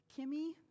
Kimmy